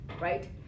right